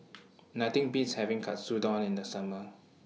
Nothing Beats having Katsudon in The Summer